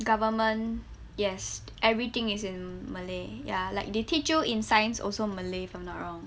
government yes everything is in malay ya like they teach you in science also malay if I'm not wrong